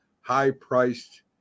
high-priced